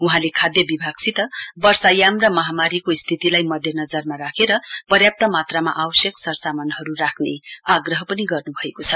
वहाँले खाद्य विभागसित वर्षा याम र महामारीको स्थितिलाई मध्य नजरमा राखेर पर्याप्त मात्रामा आवश्यक सरसामानहरु राख्ने आग्रह पनि गर्नु भएको छ